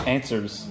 Answers